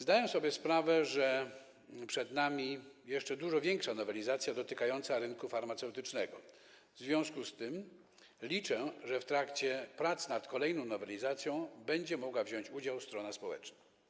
Zdaję sobie sprawę, że przed nami jeszcze dużo większa nowelizacja dotycząca rynku farmaceutycznego, i w związku z tym liczę, że w pracach nad kolejną nowelizacją będzie mogła wziąć udział strona społeczna.